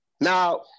Now